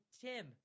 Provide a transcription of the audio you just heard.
Tim